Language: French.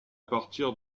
partir